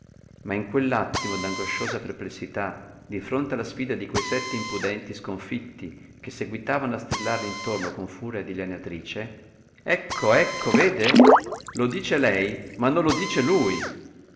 ma in quell'attimo d'angosciosa perplessità di fronte alla sfida di quei sette impudenti sconfitti che seguitavano a strillarle intorno con furia dilaniatrice ecco ecco vede lo dice lei ma non lo dice lui